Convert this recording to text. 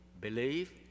believe